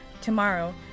Tomorrow